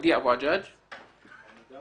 אני אציג